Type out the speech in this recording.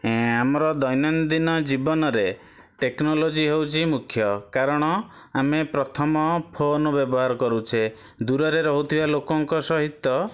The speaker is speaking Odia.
ଏ ଆମର ଦୈନଦିନ ଜୀବନରେ ଟେକ୍ନୋଲୋଜି ହେଉଛି ମୁଖ୍ୟ କାରଣ ଆମେ ପ୍ରଥମ ଫୋନ ବ୍ୟବହାର କରୁଛେ ଦୂରରେ ରହୁଥିବା ଲୋକଙ୍କ ସହିତ